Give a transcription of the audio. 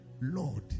Lord